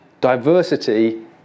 diversity